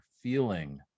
feeling